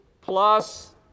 plus